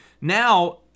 now